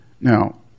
now